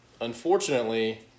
unfortunately